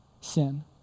sin